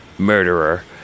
murderer